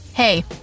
Hey